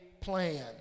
plan